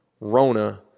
rona